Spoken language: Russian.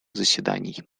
заседаний